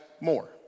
more